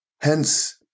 Hence